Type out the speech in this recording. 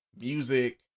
music